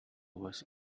was